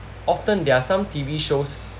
often there are some T_V shows